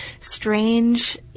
strange